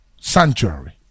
sanctuary